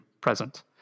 present